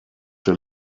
der